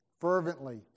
fervently